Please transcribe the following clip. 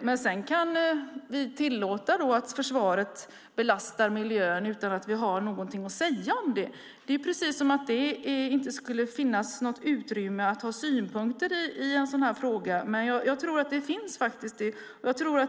Men sedan kan vi tillåta att försvaret belastar miljön utan att vi har någonting att säga om det. Det är precis som om det inte skulle finnas något utrymme för att ha synpunkter i en sådan här fråga, men jag tror faktiskt att det finns det.